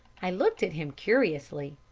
i looked at him curiously.